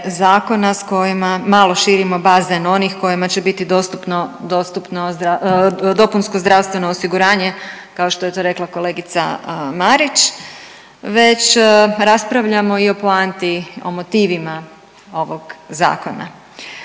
zakona s kojima malo širimo bazen onih kojima će biti dostupno, dostupno zdrav…, dopunsko zdravstveno osiguranje kao što je to rekla kolegica Marić već raspravljamo i o poanti o motivima ovog zakona,